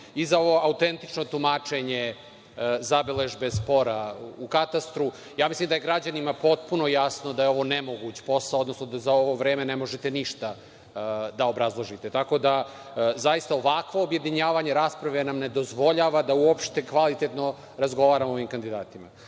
i za ovo autentično tumačenje, zabeležbe spora u katastru. Mislim da je građanima potpuno jasno da je ovo nemoguć posao, odnosno da za ovo vreme ne možete ništa da obrazložite. Tako da, zaista ovakvo objedinjavanje rasprave nam ne dozvoljava da uopšte kvalitetno razgovaramo o ovim kandidatima. Kada